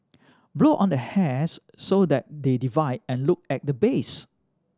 blow on the hairs so that they divide and look at the base